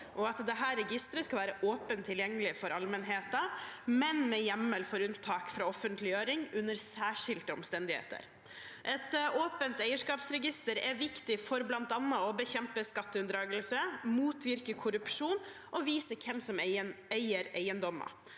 og at dette registeret skal være åpent tilgjengelig for allmennheten, men med hjemmel for unntak fra offentliggjøring under særskilte omstendigheter. Et åpent eierskapsregister er viktig for blant annet å bekjempe skatteunndragelse, motvirke korrupsjon, og vise hvem som eier eiendommer.